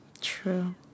True